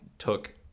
took